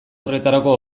horretarako